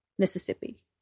Mississippi